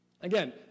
Again